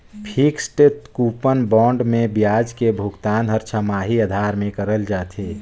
fixed coupon bond मे बियाज के भुगतान हर छमाही आधार में करल जाथे